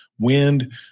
wind